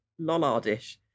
Lollardish